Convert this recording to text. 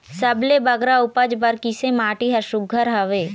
सबले बगरा उपज बर किसे माटी हर सुघ्घर हवे?